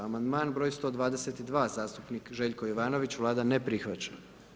Amandman br. 122, zastupnik Željko Jovanović, Vlada ne prihvaća.